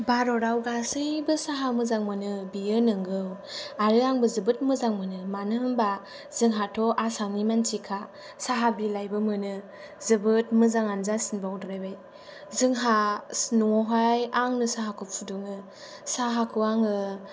भारताव गासैबो साहा मोजां मोनो बियो नोंगौ आरो आंबो जोबोद मोजां मोनो मानो होनब्ला जोंहाथ' आसामनि मानसिखा साहा बिलाइबो मोनो जोबोद मोजाङानो जासिनबावद्रायबाय जोंहा न'आवहाय आंनो साहाखौ फुदुङो साहाखौ आङो